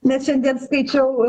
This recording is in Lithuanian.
net šiandien skaičiau